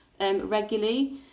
regularly